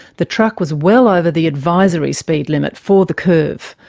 the truck was well over the advisory speed limit for the curve,